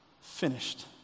finished